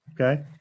Okay